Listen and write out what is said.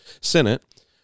Senate